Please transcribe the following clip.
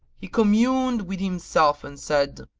he communed with himself and said,